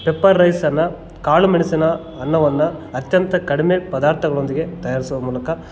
pepper ರೈಸನ್ನು ಕಾಳು ಮೆಣಸಿನ ಅನ್ನವನ್ನು ಅತ್ಯಂತ ಕಡಿಮೆ ಪದಾರ್ಥಗಳೊಂದಿಗೆ ತಯಾರಿಸುವ ಮೂಲಕ